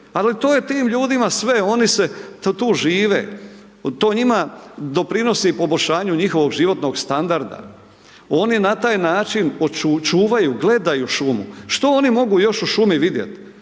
ali to je tim ljudima sve, oni se, tu žive, to njima doprinosi poboljšanju njihovog životnog standarda, oni na taj način čuvaju, gledaju šumu. Što oni mogu još u šumi vidjet?